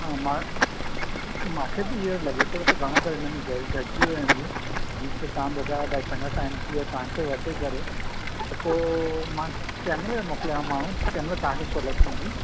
हा मां मूंखे बि हीअं लॻे थो त घणो करे हिन में गैस घटिजी वई हूंदी जीअं की तव्हां ॿुधायव भाई चङो टाइम थी वियो तव्हांखे वठी करे त पोइ मां कंहिंमहिल मोकिलियांव माण्हू कंहिंमहिल तव्हांखे सहूलियत थींदी